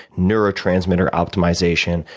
neurotransmitter optimization,